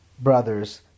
brothers